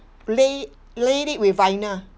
lay laid it with vinyl